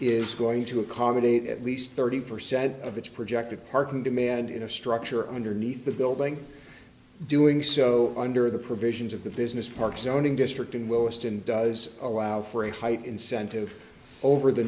is going to accommodate at least thirty percent of its projected parking demand in a structure underneath the building doing so under the provisions of the business park zoning district in willesden does allow for a tight incentive over the